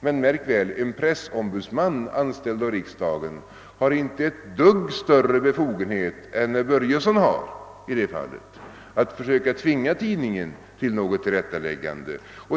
Men märk väl att en pressombudsman anställd av riksdagen inte har ett dugg större befogenhet än herr Börjesson i Falköping har att försöka tvinga tidningen till ett tillrättaläggande.